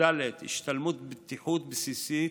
השתלמות בטיחות בסיסית,